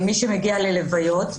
זה מי שמגיע להלוויות,